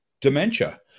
dementia